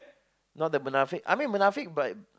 not that Munafik I mean Munafik but